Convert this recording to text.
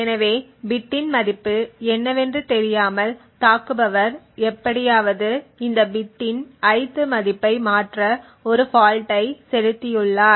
எனவே பிட்டின் மதிப்பு என்னவென்று தெரியாமல் தாக்குபவர் எப்படியாவது இந்த பிட்டின் ith மதிப்பை மாற்ற ஒரு ஃபால்ட்டை செலுத்தியுள்ளார்